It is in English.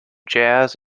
jazz